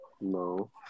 No